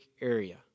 area